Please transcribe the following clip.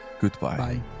Goodbye